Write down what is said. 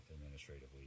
administratively